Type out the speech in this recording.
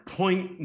point